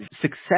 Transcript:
success